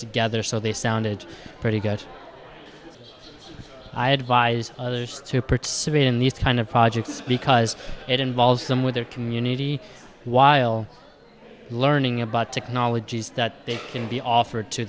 together so they sounded pretty good i advise others to participate in these kind of projects because it involves them with their community while learning about technologies that they can be offered to